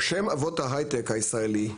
בשם אבות ההייטק הישראלי,